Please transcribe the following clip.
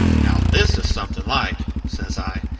now this is something like! says i.